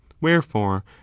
wherefore